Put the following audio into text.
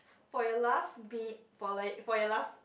for your last be for like for your last